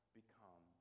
become